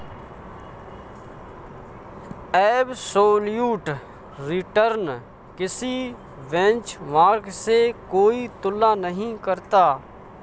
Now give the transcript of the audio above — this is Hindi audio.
एबसोल्यूट रिटर्न किसी बेंचमार्क से कोई तुलना नहीं करता